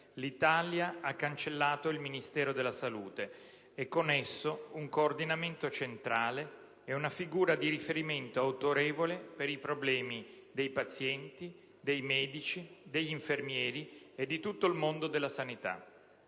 l'Italia ha cancellato il Ministero della salute e con esso un coordinamento centrale e una figura di riferimento autorevole per i problemi dei pazienti, dei medici, degli infermieri e di tutto il mondo della sanità.